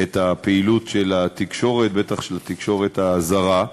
את הפעילות של התקשורת, בטח של התקשורת הזרה.